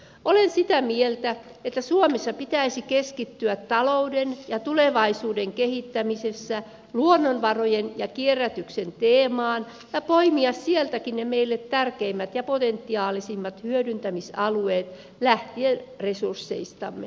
olen sitä mieltä että suomessa pitäisi keskittyä talouden ja tulevaisuuden kehittämisessä luonnonvarojen ja kierrätyksen teemaan ja poimia sieltäkin ne meille tärkeimmät ja potentiaalisimmat hyödyntämisalueet lähtien resursseistamme